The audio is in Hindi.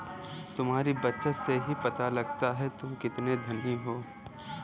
तुम्हारी बचत से ही पता लगता है तुम कितने धनी हो